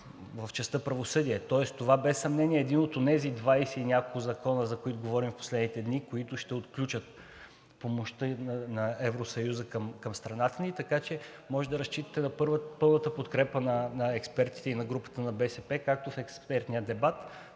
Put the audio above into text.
в частта „Правосъдие“, тоест това без съмнение е един от онези двадесет и няколко закона, за които говорим в последните дни, които ще отключат помощта на Евросъюза към страната ни. Така че можете да разчитате на пълната подкрепа на експертите и на групата на БСП както в експертния дебат,